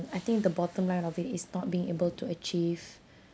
I think the bottom line of it is not being able to achieve